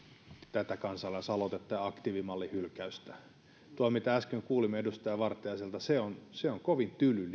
tätä kansalaisaloitetta ja aktiivimallin hylkäystä tuo mitä äsken kuulimme edustaja vartiaiselta on kovin tyly